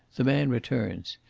the man returns.